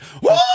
Whoa